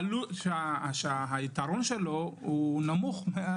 היתרון שלו הוא נמוך.